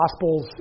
Gospels